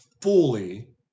fully